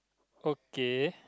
okay